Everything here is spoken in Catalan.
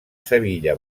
sevilla